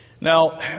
Now